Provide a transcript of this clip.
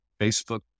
Facebook